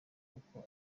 kuko